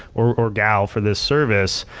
or or gal, for this service,